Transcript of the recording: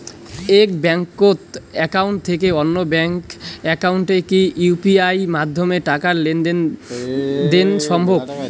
এক bank account থেকে অন্য ব্যাংক একাউন্টে কি ইউ.পি.আই মাধ্যমে টাকার লেনদেন দেন সম্ভব?